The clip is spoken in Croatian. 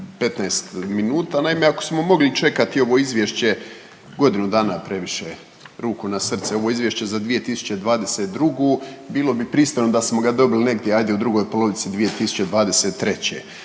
15 minuta. Naime, ako smo mogli čekati ovo izvješće godinu dana previše ruku na srce, ovo je izvješće za 2022. bilo bi pristojno da smo ga dobili negdje ajde u drugoj polovici 2023.,